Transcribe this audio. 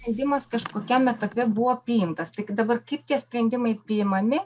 sprendimas kažkokiam etape buvo priimtas tik dabar kaip tie sprendimai priimami